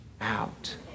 out